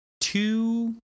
two